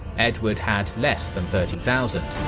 edward had less than thirty thousand.